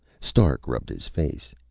stark rubbed his face.